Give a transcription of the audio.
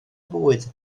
fwyd